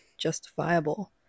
justifiable